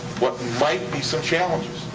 what might be some challenges?